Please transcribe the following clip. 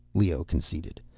leoh conceded.